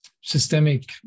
systemic